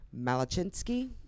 Malachinsky